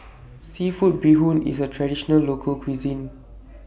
Seafood Bee Hoon IS A Traditional Local Cuisine